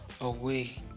away